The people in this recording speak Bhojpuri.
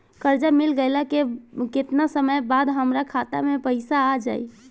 कर्जा मिल गईला के केतना समय बाद हमरा खाता मे पैसा आ जायी?